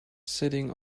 sitting